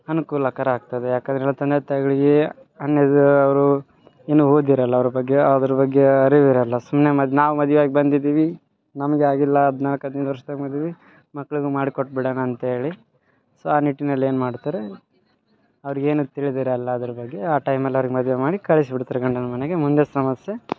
ಅನುಕೂಲಕರ ಆಗ್ತದೆ ಯಾಕಂದರೆ ನನ್ನ ತಂದೆ ತಾಯ್ಗುಳಿಗೆ ಅನ್ ಎಜು ಅವರು ಇನ್ನು ಓದಿರಲ್ಲ ಅವರ ಬಗ್ಗೆ ಅದ್ರ ಬಗ್ಗೆ ಅರಿವಿರಲ್ಲ ಸುಮ್ನೆ ಮತ್ತು ನಾವು ಮದ್ವೆಯಾಗಿ ಬಂದಿದ್ದೀವಿ ನಮ್ಗ ಆಗಿಲ್ಲ ಹದಿನಾಲ್ಕು ಹದಿನೈದು ವರ್ಷದಾಗ ಮದುವೆ ಮಕ್ಕಳಿಗೂ ಮಾಡಿ ಕೊಟ್ಬಿಡಣ ಅಂತ್ಹೇಳಿ ಸೊ ಆ ನಿಟ್ಟಿನಲ್ಲಿ ಏನ್ಮಾಡ್ತಾರೆ ಅವರಿಗೆ ಏನು ತಿಳಿದಿರಲ್ಲ ಅದ್ರ ಬಗ್ಗೆ ಆ ಟೈಮಲ್ಲಿ ಅವ್ರಿಗೆ ಮದ್ವೆ ಮಾಡಿ ಕಳ್ಸಿ ಬಿಡ್ತಾರಾ ಗಂಡನ ಮನೆಗೆ ಮುಂದೆ ಸಮಸ್ಯೆ